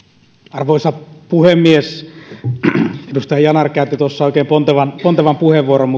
arvoisa puhemies edustaja yanar käytti oikein pontevan pontevan puheenvuoron